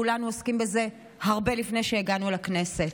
כולנו עוסקים בזה, הרבה לפני שהגענו לכנסת.